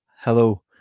hello